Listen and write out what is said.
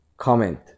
comment